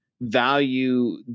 value